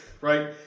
right